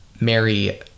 Mary